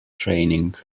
training